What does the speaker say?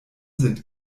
sind